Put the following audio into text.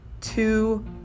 two